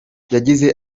yagize